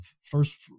first